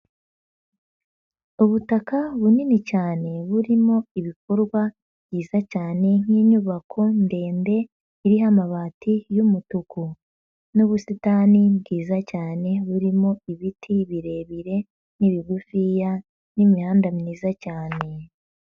Ubutaka bunini cyane burimo ibikorwa byiza cyane nk'inyubako ndende, iriho amabati y'umutuku n'ubusitani bwiza cyane burimo ibiti birebire n'ibigufiya n'imihanda myiza cyane.